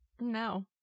No